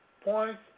points